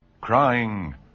crying